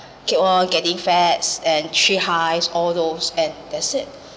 keep on getting fats and three highs all those and that's it